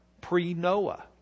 pre-Noah